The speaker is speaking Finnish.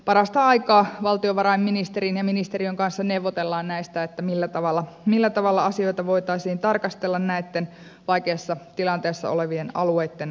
parasta aikaa valtiovarainministerin ja ministeriön kanssa neuvotellaan näistä millä tavalla asioita voitaisiin tarkastella näitten vaikeassa tilanteessa olevien alueitten osalta